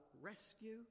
rescue